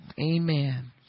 Amen